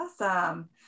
Awesome